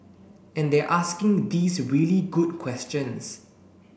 and they're asking these really good questions